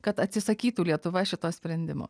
kad atsisakytų lietuva šito sprendimo